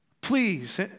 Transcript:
please